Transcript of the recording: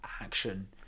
action